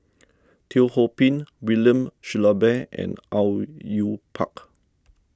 Teo Ho Pin William Shellabear and Au Yue Pak